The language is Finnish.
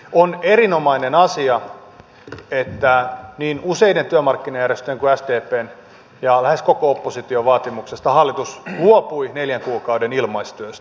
on erinomainen asia että niin useiden työmarkkinajärjestöjen kuin sdpn ja lähes koko opposition vaatimuksesta hallitus luopui neljän kuukauden ilmaistyöstä